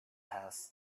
house